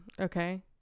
Okay